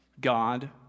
God